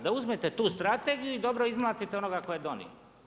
Da uzmete tu strategiju i dobro izmlatite onoga tko je donio.